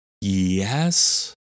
yes